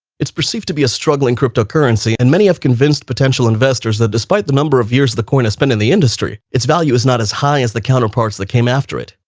it's perceived to be a struggling cryptocurrency, and many have convinced potential investors that despite the number of years the coin has been in the industry, its value is not as high as the counterparts that came after it.